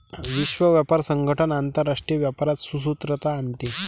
विश्व व्यापार संगठन आंतरराष्ट्रीय व्यापारात सुसूत्रता आणते